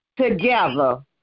together